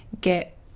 get